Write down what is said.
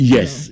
Yes